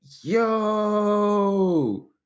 yo